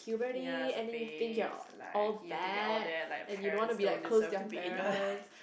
ya it's a big surprise you thinking all that like your parents don't deserve to be in your life